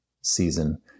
season